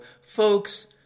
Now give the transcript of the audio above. Folks